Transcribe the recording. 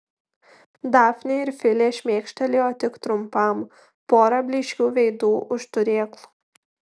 dafnė ir filė šmėkštelėjo tik trumpam pora blyškių veidų už turėklų